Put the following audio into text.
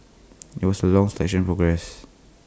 IT was A long selection progress